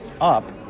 up